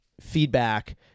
feedback